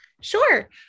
Sure